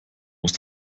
muss